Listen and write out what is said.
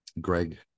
Greg